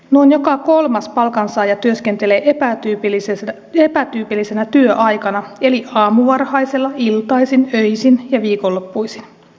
noin joka kolmas palkansaaja työskentelee epätyypillisenä työaikana eli aamuvarhaisella iltaisin öisin ja viikonloppuisin